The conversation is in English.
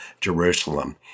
Jerusalem